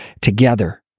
together